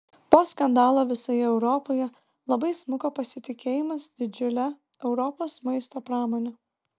po skandalo visoje europoje labai smuko pasitikėjimas didžiule europos maisto pramone